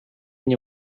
nie